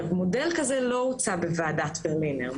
מודל כזה לא הוצג לוועדת ברלינר.